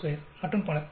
42 மற்றும் பல